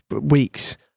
weeks